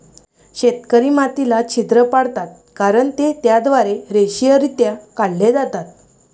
शेतकरी मातीला छिद्र पाडतात कारण ते त्याद्वारे रेषीयरित्या काढले जातात